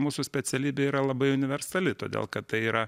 mūsų specialybė yra labai universali todėl kad tai yra